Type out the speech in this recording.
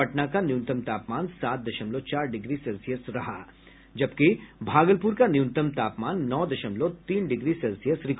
पटना का न्यूनतम तापमान सात दशमलव चार डिग्री सेल्सियस रिकार्ड किया गया जबकि भागलपुर का न्यूनतम तापमान नौ दशमलव तीन डिग्री सेल्सियस रहा